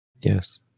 Yes